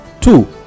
Two